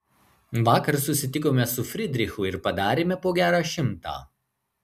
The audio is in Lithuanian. vakar susitikome su fridrichu ir padarėme po gerą šimtą